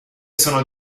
sono